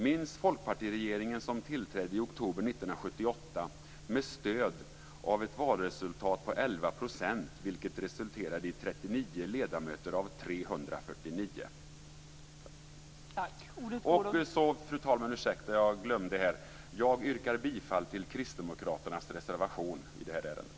Minns Folkpartiregeringen som tillträdde i oktober 1978 med stöd av ett valresultat på 11 %, vilket resulterade i 39 ledamöter av 349. Fru talman! Jag yrkar bifall till Kristdemokraternas reservation i detta ärende.